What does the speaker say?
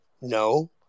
no